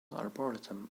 arboretum